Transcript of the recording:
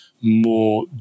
more